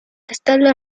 castello